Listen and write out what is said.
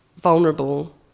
vulnerable